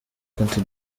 cote